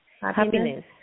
Happiness